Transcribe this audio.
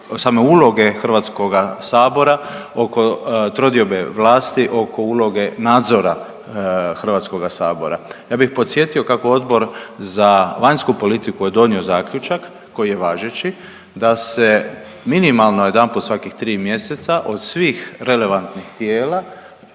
same uloge Hrvatskoga sabora oko trodiobe vlasti, oko uloge nadzora Hrvatskoga sabora. Ja bih podsjetio kako Odbor za vanjsku politiku je donio zaključak koji je važeći da se minimalno jedanput svakih tri mjeseca od svih relevantnih tijela